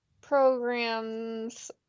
programs